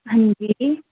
हां जी